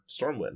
Stormwind